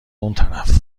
اونطرف